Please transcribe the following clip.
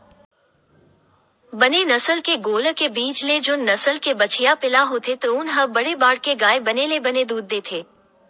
बने नसल के गोल्लर के बीज ले जउन नसल के बछिया पिला होथे तउन ह बड़े बाड़के गाय बने ले बने दूद देथे